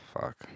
Fuck